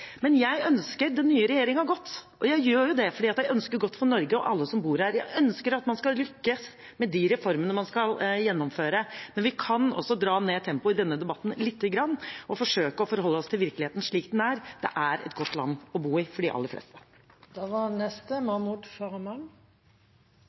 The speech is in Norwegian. Jeg ønsker den nye regjeringen godt. Jeg gjør jo det, for jeg ønsker godt for Norge og alle som bor her. Jeg ønsker at man skal lykkes med de reformene man skal gjennomføre. Men vi kan også dra ned tempoet i denne debatten lite grann og forsøke å forholde oss til virkeligheten slik den er. Dette er et godt land å bo i for de aller fleste.